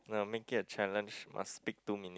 no make it a challenge must speak two minute